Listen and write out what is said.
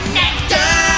nectar